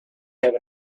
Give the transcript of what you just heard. have